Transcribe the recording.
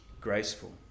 graceful